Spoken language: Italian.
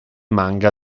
manga